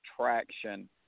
traction